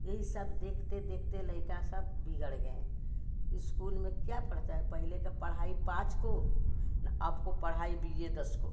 यही सब देखते देखते लड़के सब बिगड़ गऍ इस्कूल में क्या पढ़ता है पहले का पढ़ाई पाँच को ना अब को पढ़ाई बी ए दस को